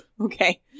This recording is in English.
Okay